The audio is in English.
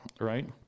Right